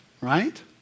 right